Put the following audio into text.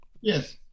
Yes